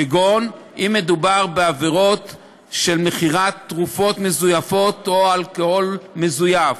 כגון אם מדובר בעבירות של מכירת תרופות מזויפות או אלכוהול מזויף,